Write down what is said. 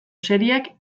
serieak